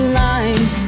line